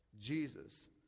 Jesus